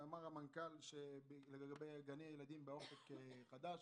דיבר המנכ"ל על גני הילדים שייכנסו ל"אופק חדש".